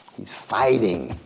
he's fighting,